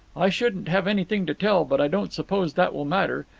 i shouldn't have anything to tell, but i don't suppose that will matter.